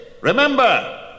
remember